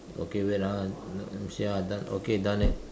okay wait ah let me see ah done okay done it